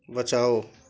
बचाओ